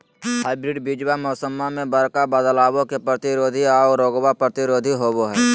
hybrid बीजावा मौसम्मा मे बडका बदलाबो के प्रतिरोधी आ रोगबो प्रतिरोधी होबो हई